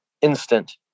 instant